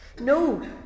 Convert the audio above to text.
No